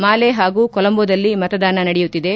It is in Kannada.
ಮಾಲೆ ಹಾಗೂ ಕೊಲೊಂಬೋದಲ್ಲಿ ಮತದಾನ ನಡೆಯುತ್ತಿದೆ